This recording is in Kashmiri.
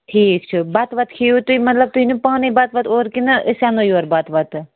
ٹھیٖک چھُ بَتہٕ وَتہٕ کھیٚوٕ تُہۍ مَطلَب تُہۍ أنِوٕ پانے بَتہٕ وَتہٕ اورٕ کنہٕ أسۍ انو بتہٕ وتہٕ